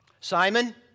Simon